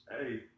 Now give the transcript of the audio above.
Hey